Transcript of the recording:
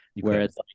Whereas